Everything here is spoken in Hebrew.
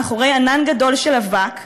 מאחורי ענן גדול של אבק,